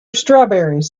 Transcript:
strawberries